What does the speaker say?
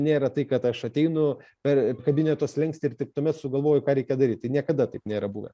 nėra tai kad aš ateinu per kabineto slenkstį ir tik tuomet sugalvoju ką reikia daryt tai niekada taip nėra buvę